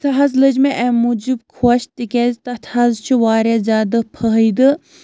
سۄ حظ لٔج مےٚ اَمہِ موٗجوٗب خۄش تِکیٛازِ تَتھ حظ چھُ واریاہ زیادٕ فٲہدٕ